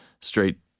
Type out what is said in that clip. straight